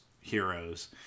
heroes